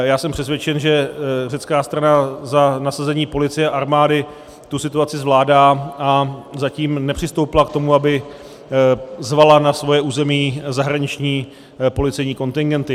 Já jsem přesvědčen, že řecká strana za nasazení policie a armády tu situaci zvládá, a zatím nepřistoupila k tomu, aby zvala na svoje území zahraniční policejní kontingenty.